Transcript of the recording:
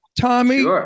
Tommy